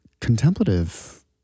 contemplative